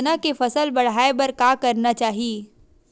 चना के फसल बढ़ाय बर का करना चाही?